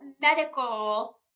medical